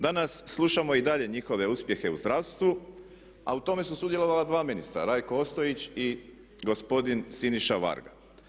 Danas slušamo i dalje njihove uspjehe u zdravstvu, a u tome su sudjelovala dva ministra – Rajko Ostojić i gospodin Siniša Varga.